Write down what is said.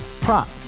Prop